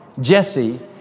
Jesse